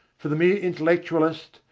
for the mere intellectualist,